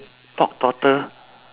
pork trotter